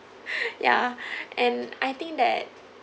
ya and I think that